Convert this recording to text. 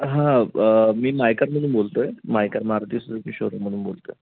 हां मी मायकारमधून बोलत आहे मायकार मारुती सुजुकी शोरूममधून बोलतो आहे